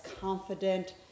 confident